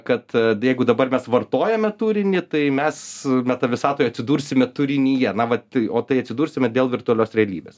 kad jeigu dabar mes vartojame turinį tai mes meta visatoj atsidursime turinyje na vat o tai atsidursime dėl virtualios realybės